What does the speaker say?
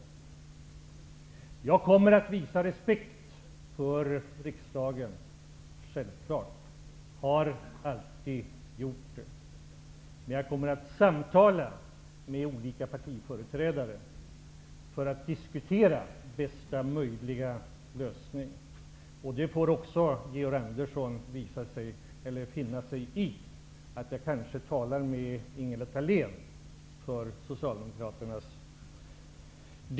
Jag kommer självfallet att visa respekt för riksdagen, och det har jag alltid gjort. Men jag kommer att samtala med olika partiföreträdare för att diskutera bästa möjliga lösning. Georg Andersson får finna sig i att jag kanske kommer att tala med Ingela Thalén från Socialdemokraterna.